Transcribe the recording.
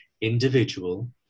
individual